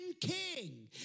king